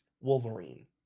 Wolverine